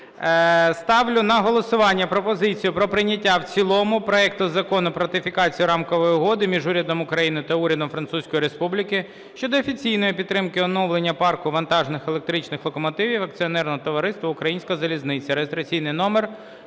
Ставлю на голосування пропозицію про прийняття в цілому проекту Закону про ратифікацію Рамкової угоди між Урядом України та Урядом Французької Республіки щодо офіційної підтримки оновлення парку вантажних електричних локомотивів акціонерного товариства "Українська залізниця"